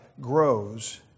grows